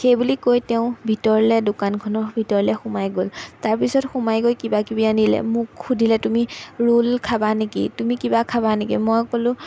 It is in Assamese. সেইবুলি কৈ তেওঁ ভিতৰলৈ দোকানখনৰ ভিতৰলৈ সোমাই গ'ল তাৰপিছত সোমাই গৈ কিবা কিবি আনিলে মোক সুধিলে তুমি ৰোল খাবা নেকি তুমি কিবা খাবা নেকি মই ক'লোঁ